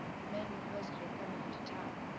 the men you posted are coming into town.